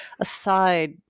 aside